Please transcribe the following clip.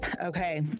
Okay